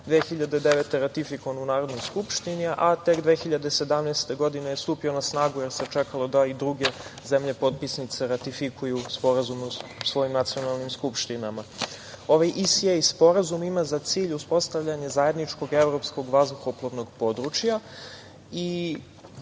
2009. ratifikovan u Narodnoj skupštini, a tek 2017. godine je stupio na snagu, jer se čekalo da i druge zemlje potpisnice ratifikuju sporazume u svojim nacionalnim skupštinama. Ovaj ISA Sporazum ima za cilj uspostavljanje zajedničkog evropskog vazduhoplovnog područja i